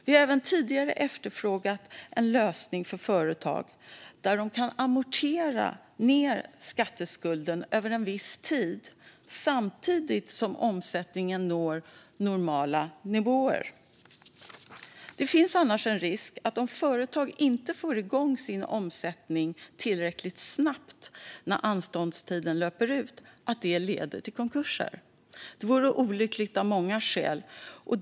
Vi har även tidigare efterfrågat en lösning för företag så att de kan amortera ned skatteskulden över en viss tid samtidigt som omsättningen når normal nivå. Om företag inte får igång sin omsättning tillräckligt snabbt finns det annars risk för konkurser när anståndstiden har löpt ut. Det vore olyckligt av många skäl.